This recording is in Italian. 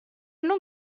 non